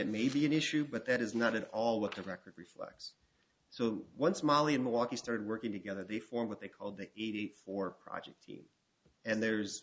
it may be an issue but that is not in all what the record reflects so once molly in milwaukee started working together they form what they called the eighty four project team and there's